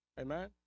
Amen